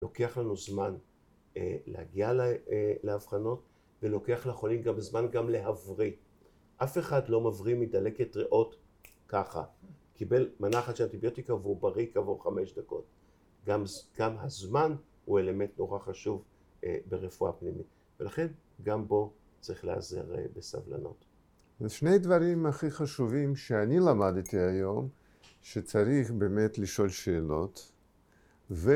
‫לוקח לנו זמן להגיע לאבחנות ‫ולוקח לחולים זמן גם להבריא. ‫אף אחד לא מבריא ‫מדלקת ריאות ככה. ‫קיבל מנה אחת של אנטיביוטיקה ‫והוא בריא כעבור חמש דקות. ‫גם הזמן הוא אלמנט נורא חשוב ‫ברפואה פנימית, ‫ולכן גם בו צריך להיעזר בסבלנות. ‫שני הדברים הכי חשובים ‫שאני למדתי היום, ‫שצריך באמת לשאול שאלות,